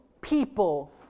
people